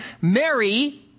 Mary